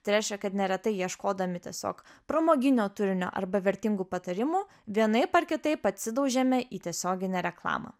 tai reiškia kad neretai ieškodami tiesiog pramoginio turinio arba vertingų patarimų vienaip ar kitaip atsidaužiame į tiesioginę reklamą